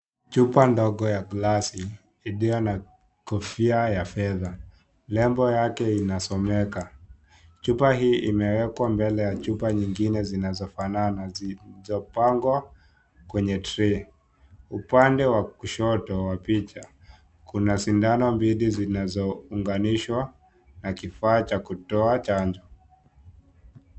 Chupa ndogo ya glasi iliyo na kofia ya fedha. Nembo yake inasomeka. Chupa hii imewekwa mbele ya chupa nyingine zinazofanana zilizopangwa kwenye tray . Upande wa kushoto wa picha, kuna sindano mbili zinazounganishwa na kifaa cha kutoa chanjo.